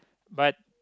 but